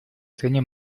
стране